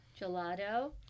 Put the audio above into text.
gelato